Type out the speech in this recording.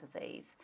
disease